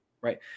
Right